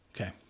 Okay